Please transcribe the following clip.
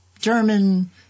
German